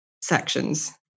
sections